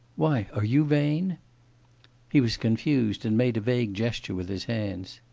why, are you vain he was confused and made a vague gesture with his hands.